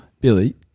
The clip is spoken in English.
Billy